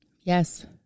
yes